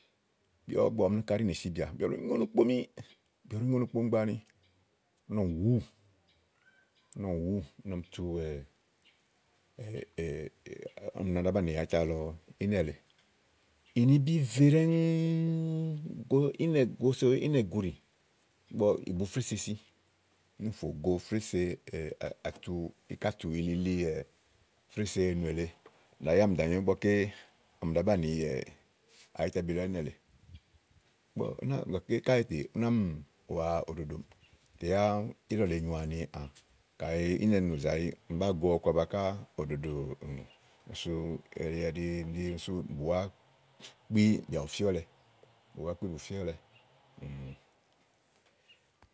Ya ígbɔ ɔmi náka ɛɖí nèe sibìà bìà bù ɖòo nyo ìnùkpomi bìà bù ɖòo nyo ìnùkpomi gbàa àni úni ɔmi wù úwù úni ɔmi wù úwù, úni ɔmi tu wèè úni ɔmi wa ɖàá banìi àyita lɔ ínɛ̀ lèe ìnibí ve ɖɛ́ŋúúú go ínɛ, goso ínɛ̀gùuɖì ígbɔ ìbu fésre sisi, úni únifò go frése àtu íkàtù àyìli li frése ènù èle nàa yámì danyo ígbɔké ɔmi ɖàá banìi àyítabi lɔ ányi èle, ígbɔ úni gàké káèèté ú ná mì wàa òwo ɖò ɖòmìí tè yá ílɔ̀ lèe nyòoà ni àà kàyi ínɛ̀nù zàyi bàáa go ɔkuaba ká òɖòɖò úni sú elí ɛɖí ɖí sú bùwá kpí bìàbù fíɔ́lɛ, bùwá kpí bù fíɔ́lɛ.